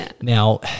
Now